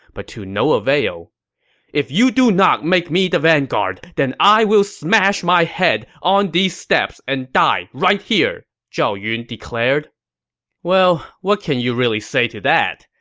but to no avail if you do not make me the vanguard, then i will smash my head on these steps and die here! zhao yun declared well, what can you really say to that?